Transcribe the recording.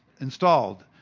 installed